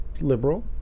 liberal